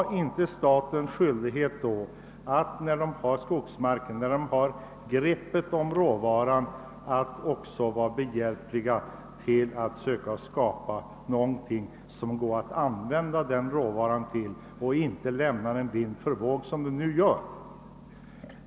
Och när staten har greppet om skogsmarken och råvaran, har inte staten också då skyldighet att göra någonting för att råvaran skall kunna komma till användning? Då skall väl inte staten som nu lämna allt vind för våg.